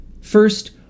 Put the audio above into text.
First